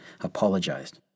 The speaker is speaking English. apologized